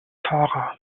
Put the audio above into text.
tara